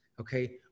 Okay